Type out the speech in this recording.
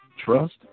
Trust